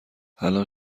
الان